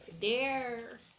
dare